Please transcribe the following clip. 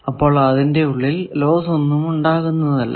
അപ്പോൾ അതിന്റെ ഉള്ളിൽ ലോസ് ഒന്നും ഉണ്ടാകുന്നതല്ല